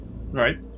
right